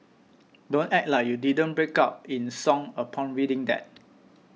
don't act like you didn't break out in song upon reading that